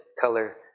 color